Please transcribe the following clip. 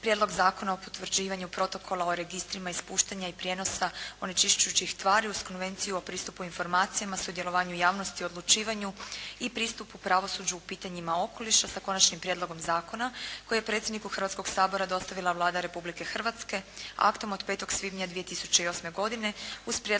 Prijedlog zakona o potvrđivanju Protokola o registrima ispuštanja i prijenosa onečišćujućih tvari uz Konvenciju o pristupu informacijama, sudjelovanju javnosti i odlučivanju i pristupu pravosuđu u pitanjima okoliša sa konačnim prijedlogom zakona koji je predsjedniku Hrvatskog sabora dostavila Vlada Republike Hrvatske aktom od 5. svibnja 2008. godine uz prijedlog